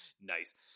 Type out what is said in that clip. nice